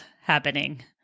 happening